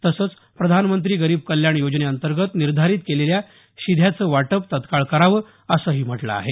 तसंच प्रधानमंत्री गरीब कल्याण योजनेअंतर्गत निर्धारीत केलेल्या शिध्याचं वाटप तत्काळ करावं असंही म्हटलं आहे